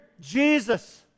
Jesus